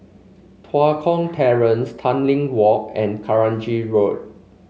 Tua Kong Terrace Tanglin Walk and Kranji Road